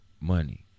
money